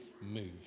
move